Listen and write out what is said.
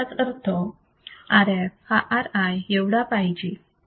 याचाच अर्थ Rf हा Ri एवढा पाहिजे